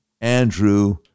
Andrew